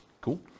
Cool